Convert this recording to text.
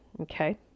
okay